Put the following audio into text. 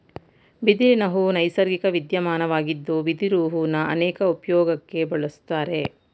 ಬಿದಿರಿನಹೂ ನೈಸರ್ಗಿಕ ವಿದ್ಯಮಾನವಾಗಿದ್ದು ಬಿದಿರು ಹೂನ ಅನೇಕ ಉಪ್ಯೋಗಕ್ಕೆ ಬಳುಸ್ತಾರೆ